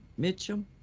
Mitchum